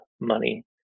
money